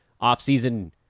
Off-season